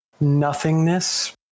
nothingness